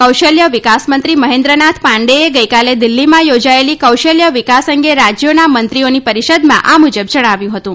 કૌશલ્ય વિકાસ મંત્રી મહેન્દ્ર નાથ પાંડેએ ગઈકાલે દિલ્હીમાં યોજાયેલી કૌશલ્ય વિકાસ અંગે રાજ્યોના મંત્રીઓની પરીષદમાં આ મુજબ જણાવ્યું હતું